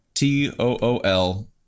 t-o-o-l